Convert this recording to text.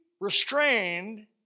restrained